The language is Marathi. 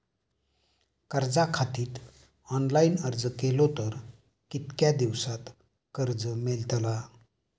कर्जा खातीत ऑनलाईन अर्ज केलो तर कितक्या दिवसात कर्ज मेलतला?